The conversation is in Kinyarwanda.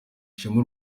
ishema